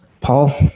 Paul